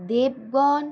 দেবগণ